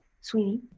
Sweeney